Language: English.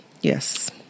Yes